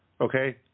Okay